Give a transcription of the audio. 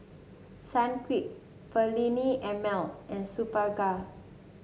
Sunquick Perllini and Mel and Superga